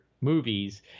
movies